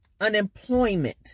unemployment